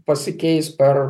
pasikeis per